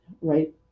right